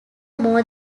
more